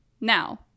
Now